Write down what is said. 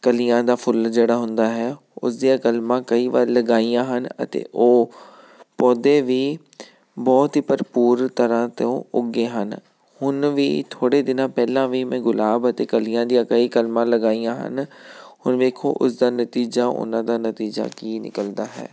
ਕਲੀਆਂ ਦਾ ਫੁੱਲ ਜਿਹੜਾ ਹੁੰਦਾ ਹੈ ਉਸਦੀਆਂ ਕਲਮਾਂ ਕਈ ਵਾਰ ਲਗਾਈਆਂ ਹਨ ਅਤੇ ਉਹ ਪੌਦੇ ਵੀ ਬਹੁਤ ਹੀ ਭਰਪੂਰ ਤਰ੍ਹਾਂ ਤੋਂ ਉੱਗੇ ਹਨ ਹੁਣ ਵੀ ਥੋੜ੍ਹੇ ਦਿਨਾਂ ਪਹਿਲਾਂ ਵੀ ਮੈਂ ਗੁਲਾਬ ਅਤੇ ਕਲੀਆਂ ਦੀਆਂ ਕਈ ਕਲਮਾਂ ਲਗਾਈਆਂ ਹਨ ਹੁਣ ਵੇਖੋ ਉਸਦਾ ਨਤੀਜਾ ਉਹਨਾਂ ਦਾ ਨਤੀਜਾ ਕੀ ਨਿਕਲਦਾ ਹੈ